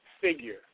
figure